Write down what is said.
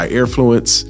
Airfluence